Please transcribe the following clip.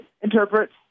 interprets